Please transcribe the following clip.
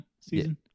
season